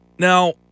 Now